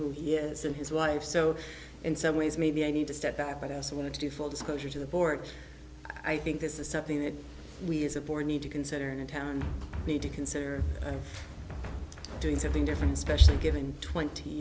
who he is and his wife so in some ways maybe i need to step back but i also wanted to do full disclosure to the board i think this is something that we as a board need to consider in town need to consider doing something different especially given twenty